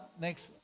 Next